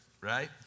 right